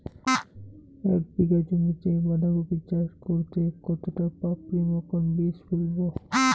এক বিঘা জমিতে বাধাকপি চাষ করতে কতটা পপ্রীমকন বীজ ফেলবো?